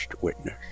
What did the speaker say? witness